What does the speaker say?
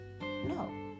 No